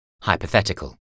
hypothetical